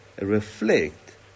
reflect